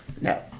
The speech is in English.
No